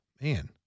Man